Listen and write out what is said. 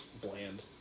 bland